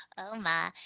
oh, my.